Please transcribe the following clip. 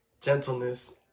gentleness